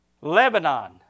Lebanon